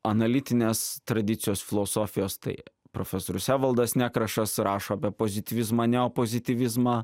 analitinės tradicijos filosofijos tai profesorius evaldas nekrašas rašo apie pozityvizmą neopozityvizmą